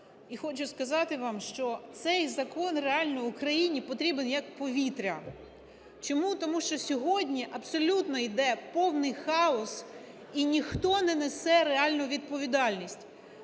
і хочу сказати вам, що цей закон реально Україні потрібен, як повітря. Чому? Тому що сьогодні абсолютно йде повний хаос, і ніхто не несе реальну відповідальність